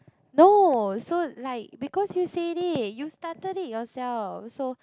no so like because you said it you started it yourself so